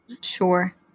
Sure